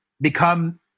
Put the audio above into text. become